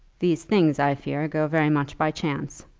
these things, i fear, go very much by chance,